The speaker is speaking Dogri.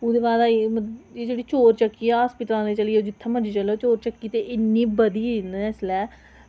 ते ओह्दे बाद एह् चोर उच्चके ऐ एह् अस्पताल ते चोर उच्चके इन्ने बधी गेदे न अस्पताल